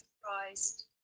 surprised